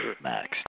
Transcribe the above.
Max